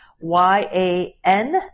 Y-A-N